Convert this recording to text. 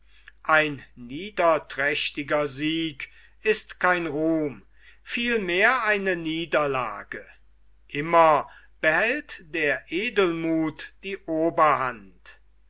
ein niederträchtiger sieg ist kein ruhm vielmehr eine niederlage immer behält der edelmuth die oberhand